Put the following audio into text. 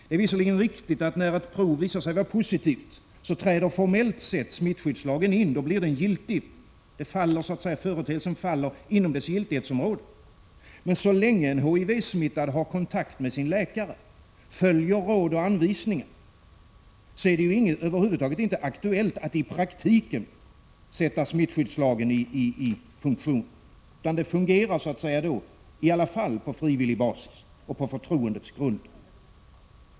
Det är visserligen riktigt att när ett prov visar sig vara positivt, då träder formellt sett smittskyddslagen in. Då blir den lagen giltig — företeelsen faller inom lagens giltighetsområde. Men så länge en HIV-smittad har kontakt med sin läkare och följer råd och anvisningar är det ju över huvud taget inte aktuellt att i praktiken sätta smittsskyddslagen i funktion, utan då fungerar det hela i alla fall, på frivillig basis och på förtroendets grund.